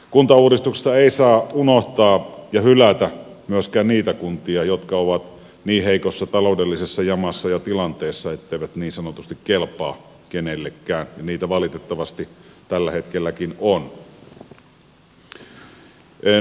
kuntauudistuksesta ei saa unohtaa ja hylätä myöskään niitä kuntia jotka ovat niin heikossa taloudellisessa jamassa ja tilanteessa etteivät niin sanotusti kelpaa kenellekään ja niitä valitettavasti tällä hetkelläkin on